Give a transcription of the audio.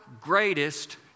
greatest